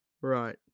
right